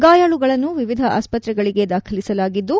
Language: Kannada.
ಗಾಯಾಳುಗಳನ್ನು ವಿವಿಧ ಆಸ್ಪತ್ರೆಗಳಿಗೆ ದಾಖಲಿಸಲಾಗಿದ್ದು